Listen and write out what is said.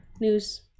news